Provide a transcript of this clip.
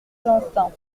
instincts